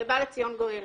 ובא לציון גואל.